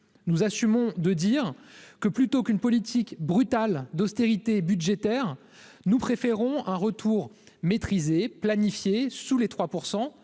nous assumons de dire que plutôt qu'une politique brutale d'austérité budgétaire, nous préférons un retour maîtrisé planifié sous les 3